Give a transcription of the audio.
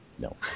No